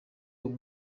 uwo